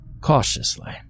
Cautiously